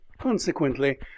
Consequently